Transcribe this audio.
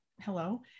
hello